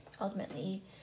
ultimately